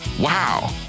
wow